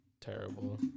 Terrible